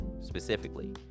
specifically